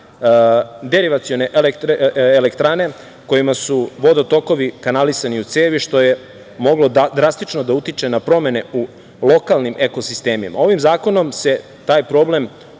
deviracione elektrane, kojima su vodotokovi kanalisani u cevi što je moglo drastično da utiče na promene u lokalnim eko sistemima. Ovim zakonom se taj problem